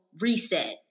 reset